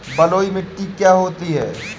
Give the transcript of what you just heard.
बलुइ मिट्टी क्या होती हैं?